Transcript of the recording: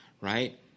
right